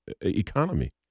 economy